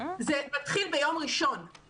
כן, אבל הדקויות האלה מתחילות ביום ראשון, תהלה.